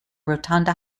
rotunda